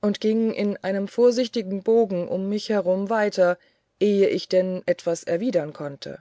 und ging in einem vorsichtigen bogen um mich herum weiter ehe ich denn etwas erwidern konnte